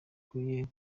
bwira